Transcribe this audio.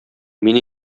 мин